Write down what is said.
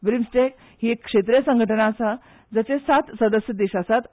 ब्रिमस्टेक ही एक क्षेत्रीक संघटन आसा जाचे सात वांगडी देश आसात